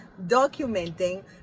documenting